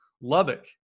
lubbock